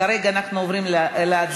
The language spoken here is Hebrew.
כרגע אנחנו עוברים להצבעה.